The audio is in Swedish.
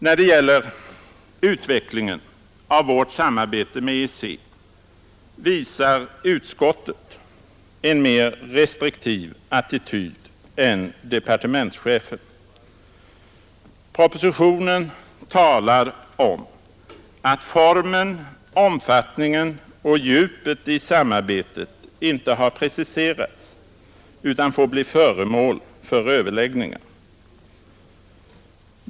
När det gäller utvecklingen av vårt samarbete med EEC visar utskottet en mer restriktiv attityd än departementschefen. Propositionen talar om att formen, omfattningen och djupet i samarbetet inte har preciserats utan får bli föremål för överläggningar.